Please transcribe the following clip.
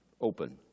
open